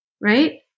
right